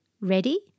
Ready